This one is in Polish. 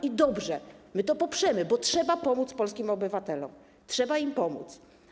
I dobrze, my to poprzemy, bo trzeba pomóc polskim obywatelom, trzeba im pomóc.